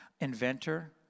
inventor